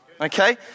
okay